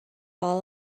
all